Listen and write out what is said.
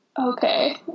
Okay